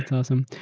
and awesome.